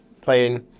playing